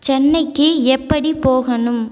சென்னைக்கு எப்படிப் போகணும்